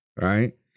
right